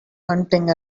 hunting